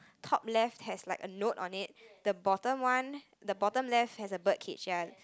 top left has like a note on it the bottom one the bottom left has a bird cage ya